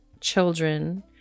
children